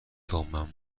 تامشکلمون